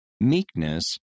meekness